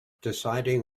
deciding